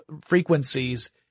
frequencies